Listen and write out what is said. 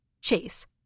Chase